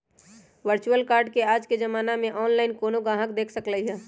virtual card के आज के जमाना में ऑनलाइन कोनो गाहक देख सकलई ह